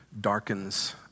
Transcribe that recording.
darkens